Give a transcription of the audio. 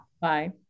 Bye